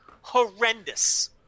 horrendous